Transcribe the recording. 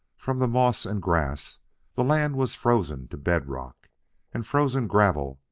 from the moss and grass the land was frozen to bed-rock, and frozen gravel,